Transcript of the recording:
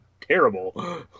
terrible